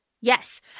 Yes